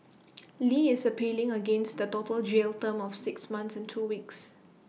li is appealing against the total jail term of six months and two weeks